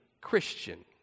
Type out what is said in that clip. Christian